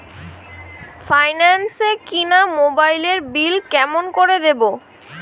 Finance এ কিনা মোবাইলের বিল কেমন করে দিবো?